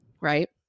right